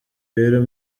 rero